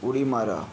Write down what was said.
उडी मारा